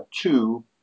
two